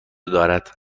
دارد